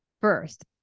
first